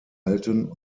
erhalten